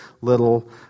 little